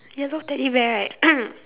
yellow Teddy bear right